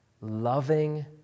loving